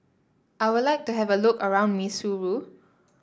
I would like to have a look around Maseru